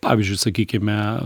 pavyzdžiui sakykime